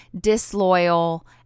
disloyal